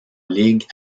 ligue